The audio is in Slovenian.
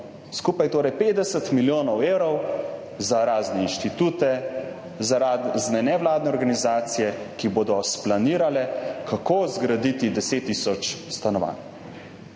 skupaj 50 milijonov evrov za razne inštitute, za razne nevladne organizacije, ki bodo splanirale, kako zgraditi 10 tisoč stanovanj.